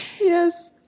Yes